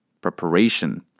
preparation